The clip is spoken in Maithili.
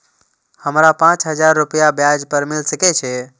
हमरा पाँच हजार रुपया ब्याज पर मिल सके छे?